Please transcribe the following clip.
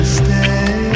stay